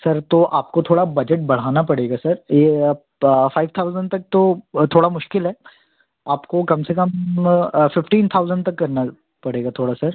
sir तो आपको थोड़ा बजट बढ़ाना पड़ेगा सर ये आप फ़ाइव थाउज़ेंड तक तो थोड़ा मुश्किल है आपको कम से कम फ़िफ़्टीन थाउज़ेंड तक करना पड़ेगा थोड़ा सर